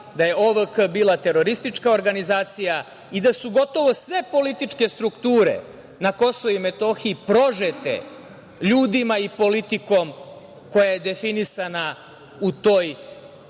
da je OVK bila teroristička organizacija i da su, gotovo sve političke strukture na KiM prožete ljudima i politikom, koja je definisana u toj